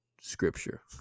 scripture